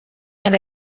and